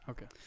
Okay